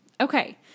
Okay